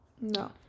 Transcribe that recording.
no